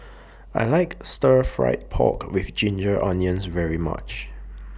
I like Stir Fried Pork with Ginger Onions very much